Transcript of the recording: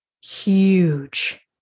huge